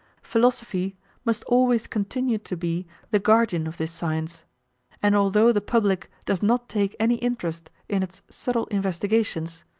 philosophy must always continue to be the guardian of this science and although the public does not take any interest in its subtle investigations,